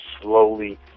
slowly